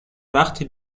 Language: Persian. وقتی